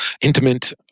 intimate